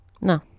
No